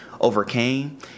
overcame